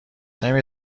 نمی